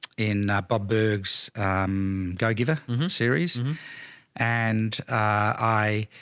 in bob berg's go giver series and i,